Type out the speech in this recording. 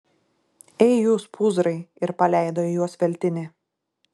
ei jūs pūzrai ir paleido į juos veltinį